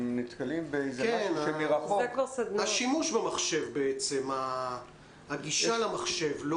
הם נתקלים --- השימוש במחשב, הגישה למחשב.